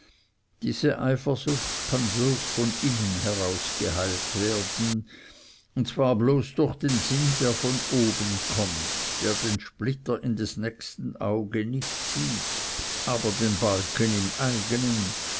diese eifersucht kann bloß von innen heraus geheilt werden und zwar bloß durch den sinn der von oben kommt der den splitter in des nächsten auge nicht sieht aber den balken im eigenen